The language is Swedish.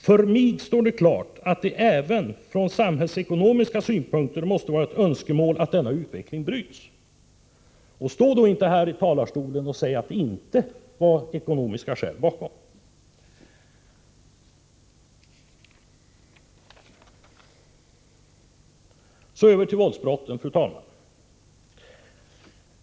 För mig står det klart att det även från samhällsekonomiska synpunkter måste vara ett önskemål att denna utveckling bryts.” Stå då inte här i talarstolen och säg att det inte låg ekonomiska skäl bakom reformen. Låt oss nu diskutera våldsbrotten, fru talman.